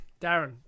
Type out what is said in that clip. darren